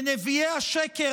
ונביאי השקר,